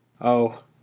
Oh